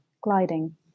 gliding